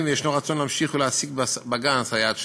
ויש רצון להמשיך ולהעסיק בגן סייעת שנייה.